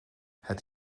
het